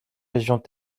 régions